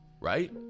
Right